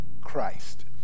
Christ